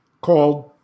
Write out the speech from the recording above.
called